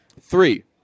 Three